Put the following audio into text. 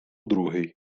другий